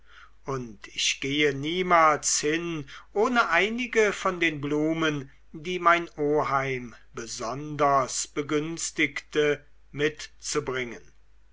und ich gehe niemals hin ohne einige von den blumen die mein oheim besonders begünstigte mitzubringen